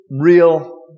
real